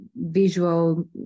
visual